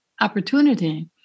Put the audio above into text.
opportunity